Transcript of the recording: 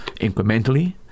incrementally